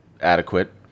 adequate